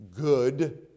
good